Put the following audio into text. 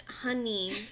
honey